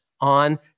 on